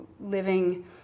living